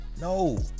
no